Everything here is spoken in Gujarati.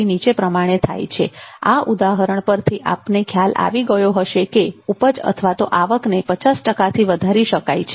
5 250200 આ ઉદાહરણ પરથી આપને ખ્યાલ આવી ગયો હશે કે ઉપજઆવક ને 50 ટકાથી વધારી શકાય છે